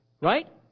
Right